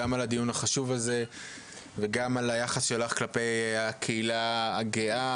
גם על הדיון החשוב הזה וגם על היחס שלך כלפי הקהילה הגאה.